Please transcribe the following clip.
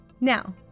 Now